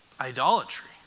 idolatry